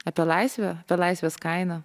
apie laisvę apie laisvės kainą